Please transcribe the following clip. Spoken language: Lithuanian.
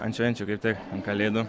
ant švenčių kaip tik kalėdų